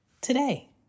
today